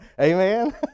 Amen